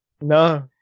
No